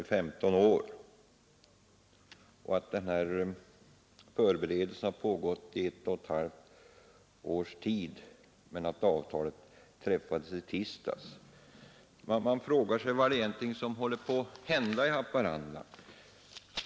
Han berättade vidare att förberedelserna har pågått i ett och ett halvt års tid och att avtalet undertecknades i tisdags. Man frågar sig då vad det egentligen är som håller på att hända i Haparanda.